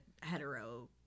hetero